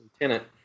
Lieutenant